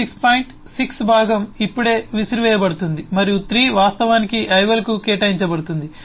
6 point 6 భాగం ఇప్పుడే విసిరివేయబడుతుంది మరియు 3 వాస్తవానికి ఐవల్కు కేటాయించబడుతుంది